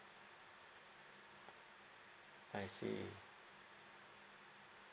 I see